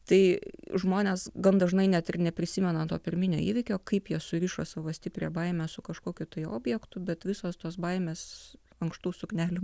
tai žmonės gan dažnai net ir neprisimena to pirminio įvykio kaip jie surišo savo stiprią baimę su kažkokiu tai objektu bet visos tos baimės ankštų suknelių